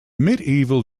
medieval